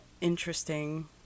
interesting